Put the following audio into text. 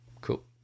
Cool